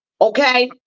Okay